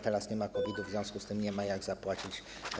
Teraz nie ma COVID-u, w związku z czym nie ma jak zapłacić.